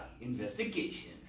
investigation